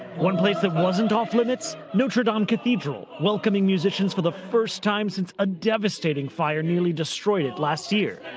one place that wasn't off limits, notre dame cathedral, welcoming musicians for the first time since a devastating fire nearly destroyed it last year.